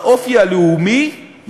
האופי הלאומי,